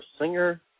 singer